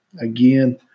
Again